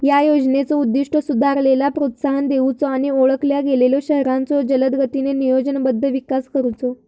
या योजनेचो उद्दिष्ट सुधारणेला प्रोत्साहन देऊचो आणि ओळखल्या गेलेल्यो शहरांचो जलदगतीने नियोजनबद्ध विकास करुचो